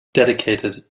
dedicated